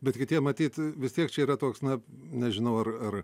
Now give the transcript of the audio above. bet kitiem matyt vis tiek čia yra toks na nežinau ar ar